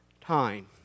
time